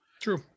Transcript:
true